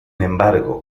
embargo